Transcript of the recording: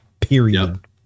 period